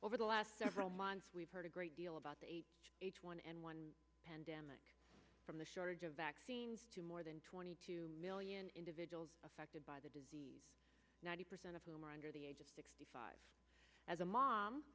over the last several months we've heard a great deal about the h one n one pandemic from the shortage of vaccines to more than twenty two million individuals affected by the disease ninety percent of them are under the age of sixty five as a mom